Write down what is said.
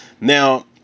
Now